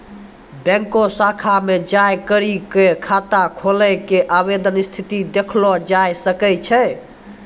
बैंको शाखा मे जाय करी क खाता खोलै के आवेदन स्थिति देखलो जाय सकै छै